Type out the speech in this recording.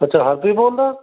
ਅੱਛਾ ਹਰਪ੍ਰੀਤ ਬੋਲਦਾ